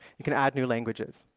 you can add new languages.